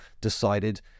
decided